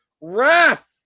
wrath